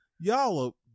y'all